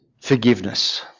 forgiveness